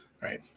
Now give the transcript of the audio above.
Right